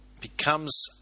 becomes